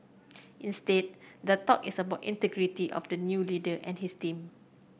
instead the talk is about integrity of the new leader and his team